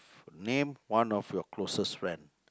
name one of your closest friend